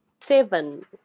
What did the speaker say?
Seven